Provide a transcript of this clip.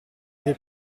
dei